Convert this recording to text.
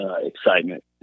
excitement